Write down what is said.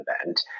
event